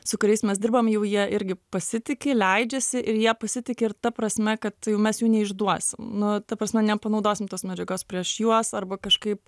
su kuriais mes dirbam jau jie irgi pasitiki leidžiasi ir jie pasitiki ir ta prasme kad mes jų neišduosim nu ta prasme nepanaudosim tos medžiagos prieš juos arba kažkaip